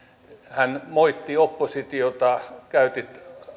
hän moitti oppositiota